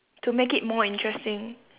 to make it more interesting